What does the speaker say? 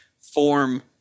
form